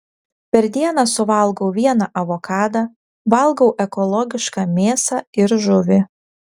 per dieną suvalgau vieną avokadą valgau ekologišką mėsą ir žuvį